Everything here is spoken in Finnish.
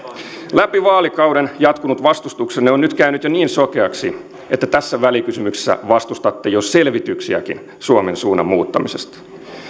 läpi vaalikauden jatkunut vastustuksenne on nyt käynyt jo niin sokeaksi että tässä välikysymyksessä vastustatte jo selvityksiäkin suomen suunnan muuttamisesta